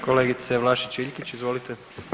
Kolegice Vlašić Iljkić, izvolite.